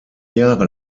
jahre